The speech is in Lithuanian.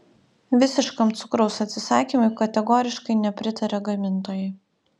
visiškam cukraus atsisakymui kategoriškai nepritaria gamintojai